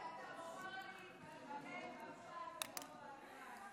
השר קרעי, שאתה בוחר להתמקד בפשט ולא בדרש.